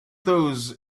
those